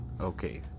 okay